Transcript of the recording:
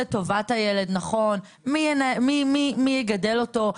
טובת הילד, נכון, מי יגדל אותו?